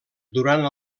durant